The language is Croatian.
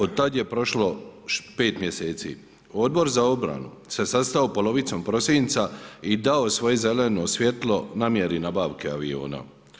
Od tada je prošlo pet mjeseci, Odbor za obranu se sastao polovicom prosinca i dao svoje zeleno svjetlo namjeri nabavke aviona.